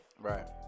Right